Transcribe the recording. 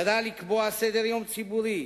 ידע לקבוע סדר-יום ציבורי,